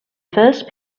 first